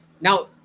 now